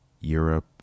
Europe